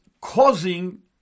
causing